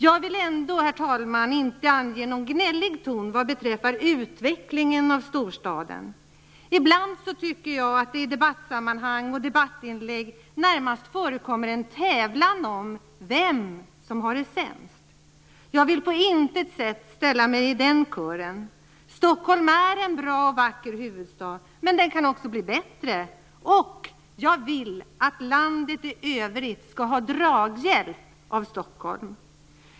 Jag vill ändå, herr talman, inte anslå någon gnällig ton vad beträffar utvecklingen av storstaden. Ibland tycker jag att det i debattsammanhang och i debattinlägg närmast förekommer en tävlan om vem som har det sämst. Jag vill på intet sätt ställa mig i den kören. Stockholm är en bra och vacker huvudstad, men den kan också bli bättre. Jag vill att landet i övrigt skall ha draghjälp av Stockholm.